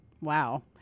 wow